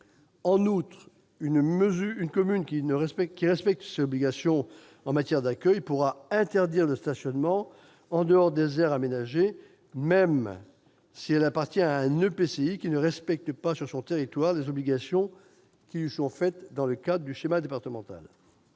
En outre, une commune qui respecte ses obligations en matière d'accueil pourra interdire le stationnement en dehors des aires aménagées, même si elle appartient à un EPCI ne respectant pas, sur son territoire, les obligations qui lui sont faites dans le cadre du schéma départemental.